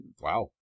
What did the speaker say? Wow